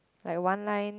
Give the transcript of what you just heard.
like one line